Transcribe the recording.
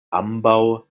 ambaŭ